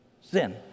sin